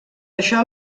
això